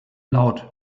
laut